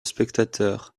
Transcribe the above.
spectateurs